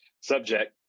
subject